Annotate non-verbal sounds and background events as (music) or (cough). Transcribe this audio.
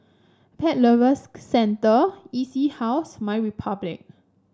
Pet Lovers (unintelligible) Centre E C House MyRepublic